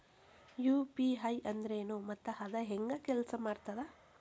UPI ಅಂದ್ರೆನು ಮತ್ತ ಅದ ಹೆಂಗ ಕೆಲ್ಸ ಮಾಡ್ತದ